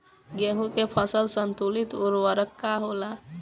गेहूं के फसल संतुलित उर्वरक का होला?